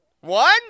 One